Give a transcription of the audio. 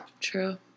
true